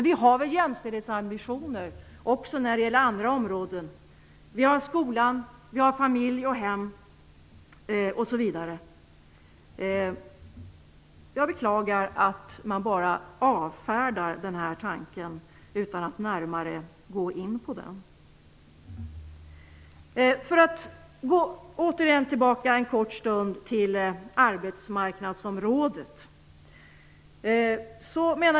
Vi har jämställdhetsambitioner också när det gäller andra områden, skolan, familj, hem, osv. Jag beklagar att man bara avfärdar denna tanke utan att närmare gå in på den. Jag skall återigen en kort stund gå till arbetsmarknadsområdet.